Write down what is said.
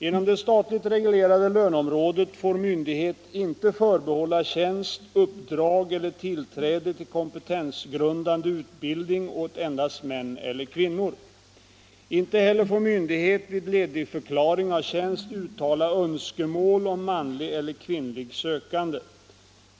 Inom det statligt reglerade löneområdet får myndighet inte förbehålla tjänst, uppdrag eller tillträde till kompetensgrundande utbildning åt endast män eller kvinnor. Inte heller får myndighet vid ledigförklaring av tjänst uttala önskemål om manlig eller kvinnlig sökande.